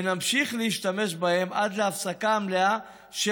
ונמשיך להשתמש בהם עד להפסקה המלאה של